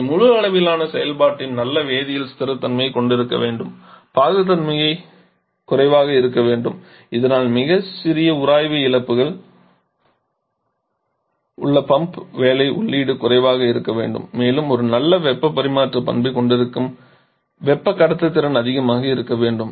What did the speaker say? அவை முழு அளவிலான செயல்பாட்டின் நல்ல வேதியியல் ஸ்திரத்தன்மையைக் கொண்டிருக்க வேண்டும் பாகுத்தன்மை குறைவாக இருக்க வேண்டும் இதனால் மிகச் சிறிய உராய்வு இழப்புகள் உள்ளன பம்ப் வேலை உள்ளீடு குறைவாக இருக்க வேண்டும் மேலும் ஒரு நல்ல வெப்ப பரிமாற்ற பண்பைக் கொண்டிருக்க வெப்ப கடத்துத்திறன் அதிகமாக இருக்க வேண்டும்